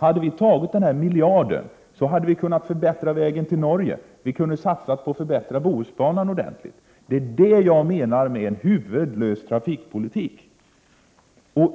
Hade vi tagit denna miljard i anspråk på annat sätt hade vi kunnat förbättra vägen till Norge. Vi hade kunnat satsa på att förbättra Bohusbanan ordentligt. Det är detta, att vi inte valt sådana alternativ i stället, som